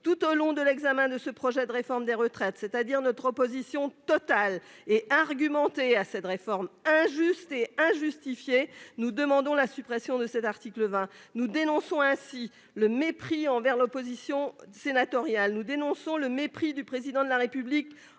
tout au long de l'examen de ce projet de réforme des retraites, c'est-à-dire notre opposition totale et argumentée à cette réforme injuste et injustifiée. Nous demandons la suppression de cet article 20, nous dénonçons ainsi le mépris envers l'opposition sénatoriale nous dénonçant le mépris du président de la République